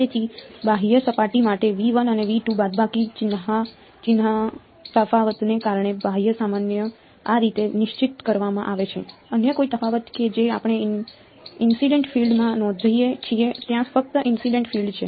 તેથી બાહ્ય સપાટી માટે અને બાદબાકી ચિહ્નના તફાવતને કારણે બાહ્ય સામાન્ય આ રીતે નિશ્ચિત કરવામાં આવે છે અન્ય કોઈ તફાવત કે જે આપણે ઇનસિડેન્ટ ફીલ્ડ માં નોંધીએ છીએ ત્યાં ફક્ત ઇનસિડેન્ટ ફીલ્ડ છે